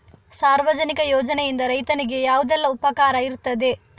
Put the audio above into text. ಸಾರ್ವಜನಿಕ ಯೋಜನೆಯಿಂದ ರೈತನಿಗೆ ಯಾವುದೆಲ್ಲ ಉಪಕಾರ ಇರ್ತದೆ?